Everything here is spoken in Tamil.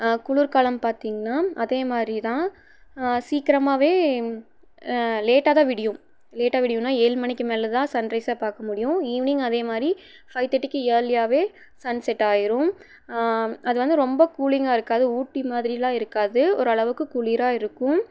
குளிர் காலம் பார்த்திங்ன்னா அதே மாதிரிதான் சீக்கிரமாகவே லேட்டாகதான் விடியும் லேட்டாக விடியும்னா ஏழு மணிக்கு மேலேதான் சன் ரைசை பார்க்க முடியும் ஈவ்னிங் அதே மாதிரி ஃபை தேர்ட்டிக்கு இயர்லியாகவே சன் செட்டாகிரும் அது வந்து ரொம்ப கூலிங்காக இருக்காது ஊட்டி மாதிரிலாம் இருக்காது ஓரளவுக்கு குளிராக இருக்கும்